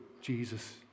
Jesus